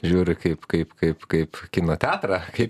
žiūri kaip kaip kaip kaip kino teatrą kaip